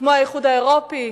כמו האיחוד האירופי,